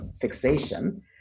fixation